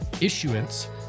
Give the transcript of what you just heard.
issuance